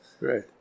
Right